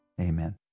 amen